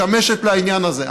משמשת לעניין הזה.